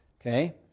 Okay